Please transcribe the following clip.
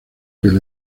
que